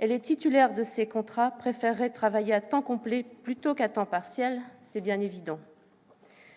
et les titulaires de ces contrats préféreraient travailler à temps complet, plutôt qu'à temps partiel- c'est bien évident.